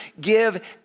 give